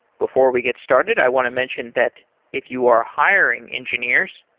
before we get started, i want to mention that if you are hiring engineers,